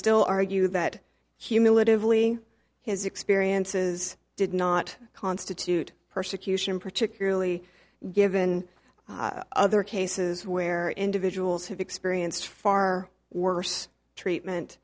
still argue that humility of only his experiences did not constitute persecution particularly given other cases where individuals have experienced far worse treatment